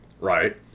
right